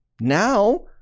now